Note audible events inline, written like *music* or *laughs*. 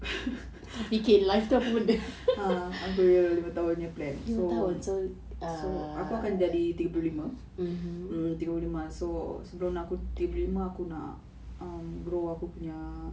*laughs* ah aku punya lima tahunnya plan so aku akan jadi tiga puluh lima tiga puluh lima so sebelum aku tiga puluh lima aku nak um grow aku punya